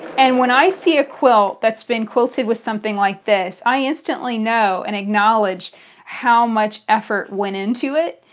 and when i see a quilt that's been quilted with something like this, i instantly know and acknowledge how much effort went into it,